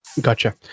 Gotcha